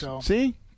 See